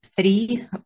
three